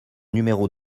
numéro